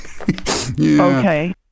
Okay